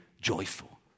joyful